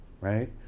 right